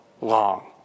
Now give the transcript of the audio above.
long